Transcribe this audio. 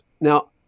Now